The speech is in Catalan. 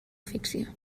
ficció